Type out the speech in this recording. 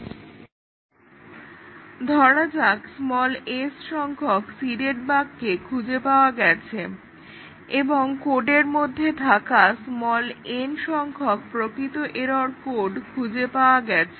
Slide Time 0540 ধরা যাক s সংখ্যক সিডেড বাগকে খুঁজে পাওয়া গেছে এবং কোডের মধ্যে থাকা n সংখ্যক প্রকৃত এরর কোড খুঁজে পাওয়া গেছে